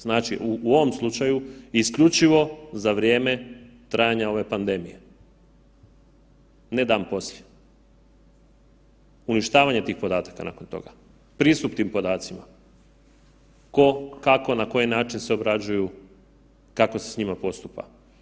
Znači u ovom slučaju isključivo za vrijeme trajanja ove pandemije, ne dan poslije, uništavanje tih podataka nakon toga, pristup tim podacima, ko, kako, na koji način se obrađuju, kako se s njima postupa.